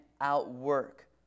outwork